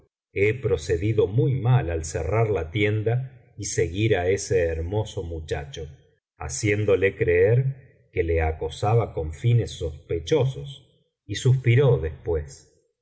he procedido muy mal al cerrar la tienda y seguir á ese hermoso muchacho haciéndole creer que le acosaba con fines sospechosos y suspiró después